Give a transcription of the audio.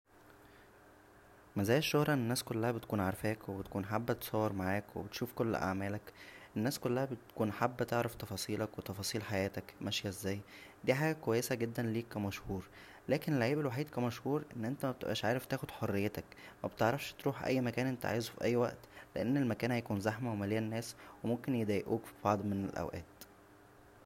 مزايا الشهره ان الناس كلها بتكون عارفاك وبتكون حابه تتصور معاك وبتشوف كل اعمالك الناس كلها تعرف تفاصيلك و تفاصيل حياتك ماشيه ازاى دى حاجه كويسه جدا ليك ك مشهور لكن العيب الوحيد كمشهور ان انت مبتبقاش عارف تاخد حريتك مبتعرفش تروح اى مكان انت عاوزه فى اى وقت لان المكان هيكون زحمه ومليان ناس وممكن يضايقوك فبعض من الاوقات